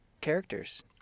characters